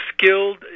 skilled